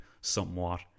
somewhat